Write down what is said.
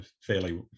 fairly